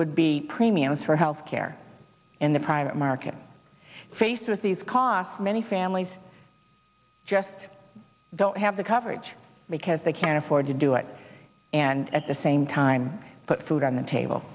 would be premiums for health care in the private market faced with these costs many families just don't have the coverage because they can't afford to do it and at the same time put food on the table